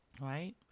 right